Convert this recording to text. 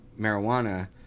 marijuana